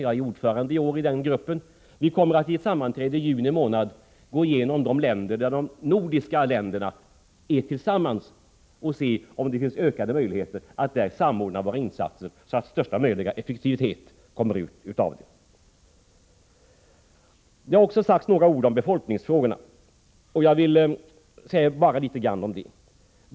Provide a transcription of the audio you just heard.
Jag är ordförande i år i den gruppen. Vi kommer att vid ett sammanträde i juni månad gå igenom de länder där de nordiska länderna tillsammans bedriver biståndsverksamhet och se om det finns möjligheter att öka samordningen av våra insatser så att största möjliga effektivitet uppnås. Det har också sagts några ord om befolkningsfrågorna. Jag vill bara säga litet grand om dem.